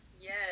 Yes